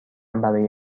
برای